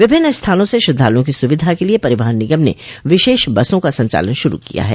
विभिन्न स्थानों से श्रद्वालुओं की सुविधा के लिये परिवहन निगम ने विशेष बसों का संचालन शुरू किया है